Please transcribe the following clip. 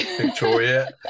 Victoria